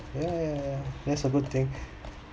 ya ya ya that's a good thing